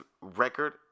record